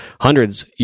hundreds